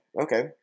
okay